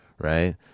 Right